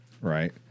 right